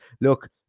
look